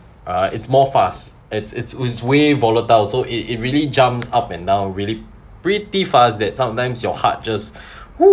uh it's more fast it's it's ooze way volatile so it it really jumps up and down really pretty fast that sometimes your heart just !phew!